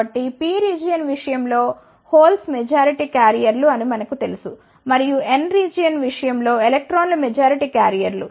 కాబట్టి P region విషయం లో హోల్స్ మెజారిటీ క్యారియర్లుఅని మనకు తెలుసు మరియు N రీజియన్ విషయం లో ఎలక్ట్రాన్లు మెజారిటీ క్యారియర్లు